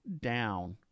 down